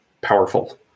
powerful